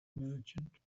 merchant